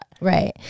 Right